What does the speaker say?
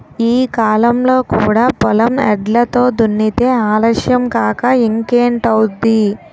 ఈ కాలంలో కూడా పొలం ఎడ్లతో దున్నితే ఆలస్యం కాక ఇంకేటౌద్ది?